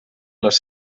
les